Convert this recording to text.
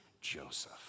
Joseph